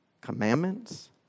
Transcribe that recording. Commandments